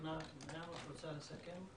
מעיין, את רוצה לסכם?